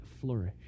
flourish